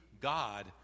God